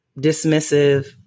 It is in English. dismissive